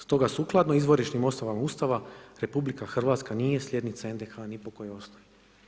Stoga sukladno izvorišnim osnovama Ustava RH nije slijednica NDH ni po kojoj osnovi.